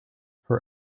her